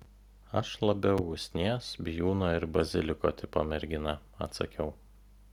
aš labiau usnies bijūno ir baziliko tipo mergina atsakiau